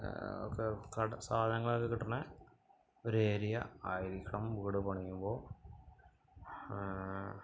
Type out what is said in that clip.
ഒക്കെ കട സാധനങ്ങളൊക്കെ കിടുന്ന ഒരു ഏരിയ ആയിരിക്കണം വീട് പണിയുമ്പോള്